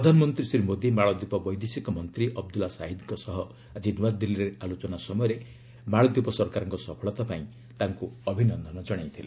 ପ୍ରଧାନମନ୍ତ୍ରୀ ଶ୍ରୀ ମୋଦୀ ମାଳଦୀପ ବୈଦେଶିକ ମନ୍ତ୍ରୀ ଅବଦୁଲ୍ଲା ସାହିଦଙ୍କ ସହ ଆଜି ନୂଆଦିଲ୍ଲୀରେ ଆଲୋଚନା ସମୟରେ ମାଳଦୀପ ସରକାରଙ୍କ ସଫଳତା ପାଇଁ ତାଙ୍କୁ ଅଭିନନ୍ଦନ ଜଣାଇଛନ୍ତି